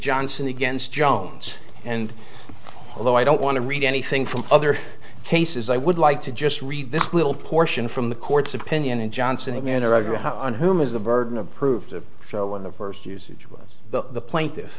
johnson against jones and although i don't want to read anything from other cases i would like to just read this little portion from the court's opinion in johnson a man or a on whom is the burden of proof to show on the usage of the plaintiff